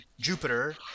Jupiter